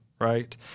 right